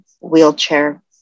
wheelchair